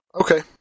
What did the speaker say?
Okay